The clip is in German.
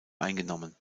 eingenommen